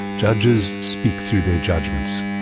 judges speak through their judgements.